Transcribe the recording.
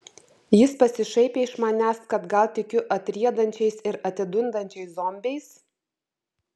jis pasišaipė iš manęs kad gal tikiu atriedančiais ir atidundančiais zombiais